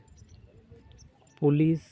police